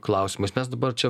klausimas mes dabar čia